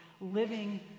living